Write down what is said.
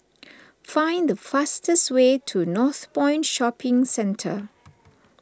find the fastest way to Northpoint Shopping Centre